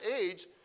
age